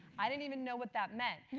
i didn't even know what that meant.